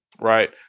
Right